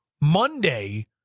Monday